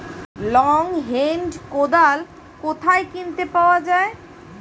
Long hand কোদাল কোথায় কিনতে পাওয়া যায়?